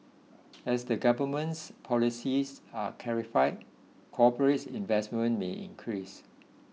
as the government's policies are clarified corporate investment may increase